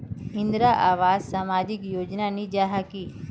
इंदरावास सामाजिक योजना नी जाहा की?